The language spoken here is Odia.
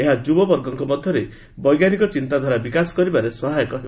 ଏହା ଯୁବବର୍ଗଙ୍କ ମଧ୍ୟରେ ବୈଜ୍ଞାନିକ ଚିନ୍ତାଧାରା ବିକାଶ କରିବାରେ ସହାୟକ ହେବ